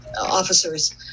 officers